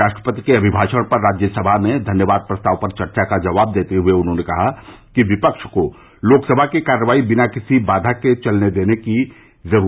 राष्ट्रपति के अभिभाषण पर राज्यसभा में धन्यवाद प्रस्ताव पर चर्चा का जवाब देते हए उन्होंने कहा कि विपक्ष को लोकसभा की कार्यवाही बिना किसी बाधा के चलने देने की सलाह दी